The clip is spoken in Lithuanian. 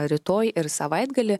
rytoj ir savaitgalį